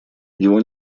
его